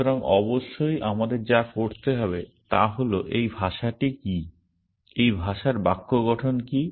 সুতরাং অবশ্যই আমাদের যা করতে হবে তা হল এই ভাষাটি কী এই ভাষার বাক্য গঠন কী